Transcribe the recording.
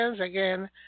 Again